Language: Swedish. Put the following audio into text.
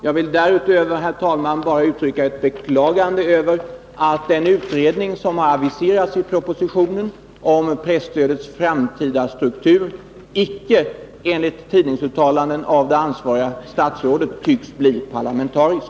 Jag vill därutöver, herr talman, uttrycka ett beklagande över att den utredning som har aviserats i propositionen om presstödets framtida struktur icke, enligt tidningsuttalanden av det ansvariga statsrådet, tycks bli parlamentarisk.